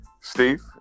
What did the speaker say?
Steve